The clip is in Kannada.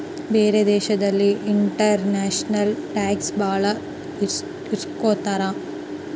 ಬೇರೆ ದೇಶದಲ್ಲಿ ಇಂಟರ್ನ್ಯಾಷನಲ್ ಟ್ಯಾಕ್ಸ್ ಭಾಳ ಇಸ್ಕೊತಾರ